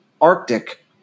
arctic